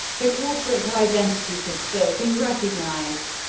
the corporate identity could still be recognized.